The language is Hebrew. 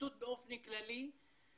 בפרקליטות באופן כללי,